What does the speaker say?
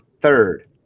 third